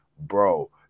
Bro